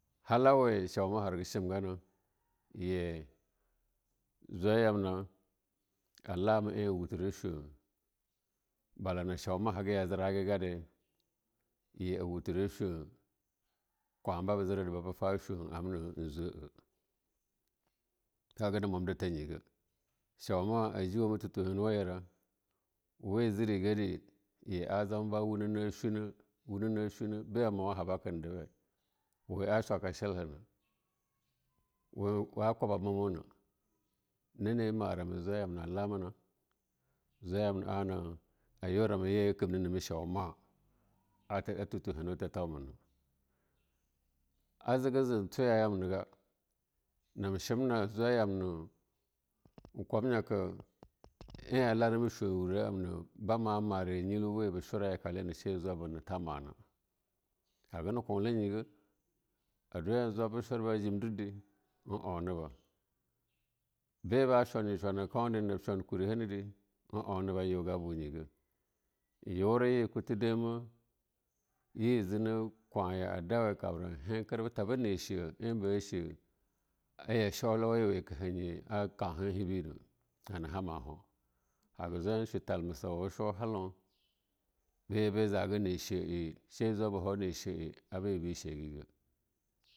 Halawe ye shuma haga shemgana ye jwaiya jamna a lama eh ye a wutara shu'e bala na shuma haga ya jirage gare ye alama enye kwaba buba jamu babu tira chu'ene ba wuna na shuna wa a shuka shelhena wa kulabamu mamuna nane a marama jula muya yamna eh a wutera chuie na jwaiye jamna a yora me a kemnene shuma ataletuwa ataetomemena lana, ajege jen tuya abnane ga nab shamna jwaiye yamina a jama jen mara tetoma inbi shura na jwaba in tamana zwaiya yamna a bama mare yuwa ne eh ba chura na she ba in tamana. Haga na kwa nyega adwe ya e jwaibba charba jimdirnadi en ona ba, beba shwar nu shwar ha na kwabeba re in ona unye ga. In yore ye kuta dame ye a chur taimasau chur halku be je be jaga ne sha'i gega nesha'a eh ba she a kauheya heba ban hama huhu haga jwaiye shu talmasau halau abe ye be jage a nye shi'egega.